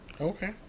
Okay